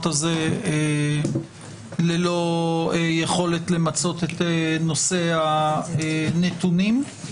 הזה ללא יכולת למצות את נושא הנתונים.